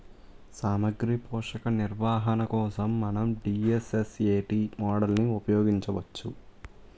సామాగ్రి పోషక నిర్వహణ కోసం మనం డి.ఎస్.ఎస్.ఎ.టీ మోడల్ని ఉపయోగించవచ్చా?